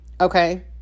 Okay